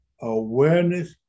Awareness